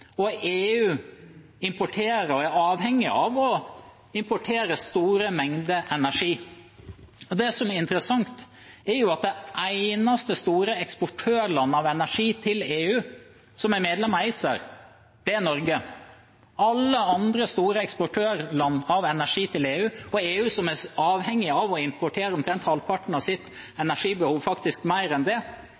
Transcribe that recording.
og EU importerer og er avhengig av å importere store mengder energi. Det som er interessant, er jo at det eneste store eksportørlandet av energi til EU som er medlem av ACER, er Norge. Alle andre store eksportørland av energi til EU – EU, som er avhengig av å importere omtrent halvparten av sitt energibehov, faktisk mer enn det – er ikke medlemmer av ACER og har heller ikke planer om det.